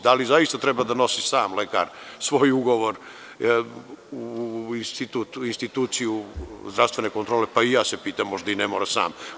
Da li zaista treba da nosi sam lekar svoj ugovor u instituciju zdravstvene kontrole, pa i ja se pitam, možda ne treba sam.